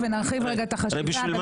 להעביר לוועדה לקידום מעמד האישה.